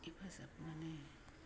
हेफाजाब मोनो